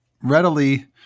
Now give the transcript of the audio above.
readily